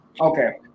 Okay